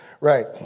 Right